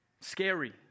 scary